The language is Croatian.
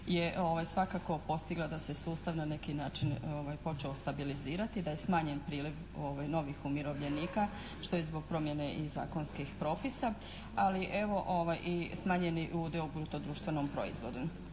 je svakako postigla da se sustavno na neki način počeo stabilizirati, da je smanjen priliv novih umirovljenika što je i zbog promjene zakonskih propisa ali evo i smanjen je udio u bruto društvenom proizvodu.